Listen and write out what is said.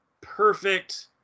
perfect